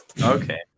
Okay